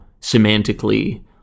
semantically